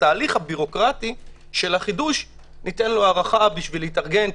וההליך הבירוקרטי של החידוש ייתן לו הארכה להתארגן,